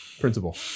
principle